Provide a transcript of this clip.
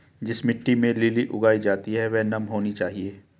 जिस मिट्टी में लिली उगाई जाती है वह नम होनी चाहिए